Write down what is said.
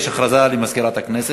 הודעה למזכירת הכנסת.